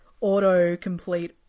auto-complete